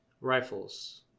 rifles